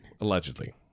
Allegedly